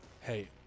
hey